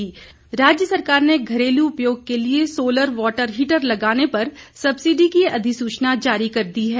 हिमउर्जा राज्य सरकार ने घरेल उपयोग के लिए सौलर वॉटर हीटर लगाने पर सब्सिडी की अधिसूचना जारी कर दी है